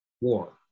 war